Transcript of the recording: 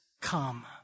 come